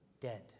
dead